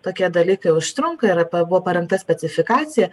tokie dalykai užtrunka ir buvo parengta specifikacija